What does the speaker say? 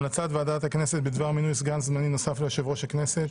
המלצת ועדת הכנסת בדבר מינוי סגן זמני נוסף ליושב-ראש הכנסת.